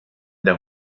der